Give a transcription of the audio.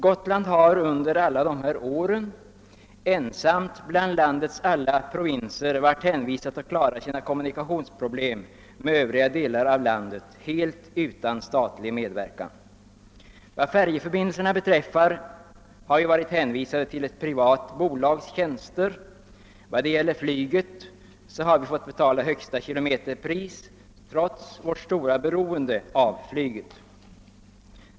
Gotland har under alla dessa år såsom den enda av landets provinser fått lösa sina kommunikationsproblem helt utan statlig medverkan. Vad färjeförbindelserna beträffar har vi varit hänvisade till privat bolags tjänster. På flyget har vi fått betala högsta kilometerpris trots vårt stora beroende av detta kommunikationsmedel.